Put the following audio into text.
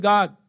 God